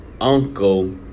uncle